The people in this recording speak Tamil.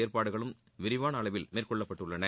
ஏற்பாடுகளும் விரிவான அளவில் மேற்கொள்ளப்பட்டுள்ளன